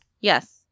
Yes